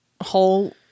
whole